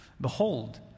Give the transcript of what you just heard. Behold